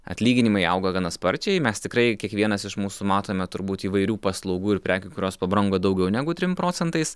atlyginimai auga gana sparčiai mes tikrai kiekvienas iš mūsų matome turbūt įvairių paslaugų ir prekių kurios pabrango daugiau negu trim procentais